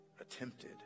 attempted